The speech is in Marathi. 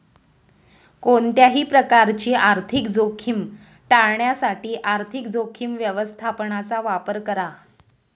कोणत्याही प्रकारची आर्थिक जोखीम टाळण्यासाठी आर्थिक जोखीम व्यवस्थापनाचा वापर करा